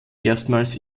erstmals